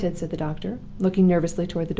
granted! said the doctor, looking nervously toward the door.